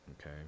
Okay